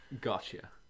Gotcha